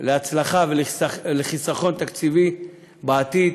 להצלחה ולחיסכון תקציבי בעתיד.